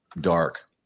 dark